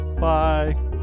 bye